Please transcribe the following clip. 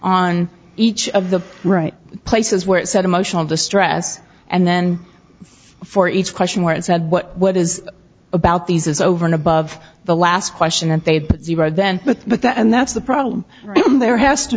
on each of the right places where it said emotional distress and then for each question where it said what is about these is over and above the last question and they are then but that and that's the problem there has to